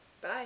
Bye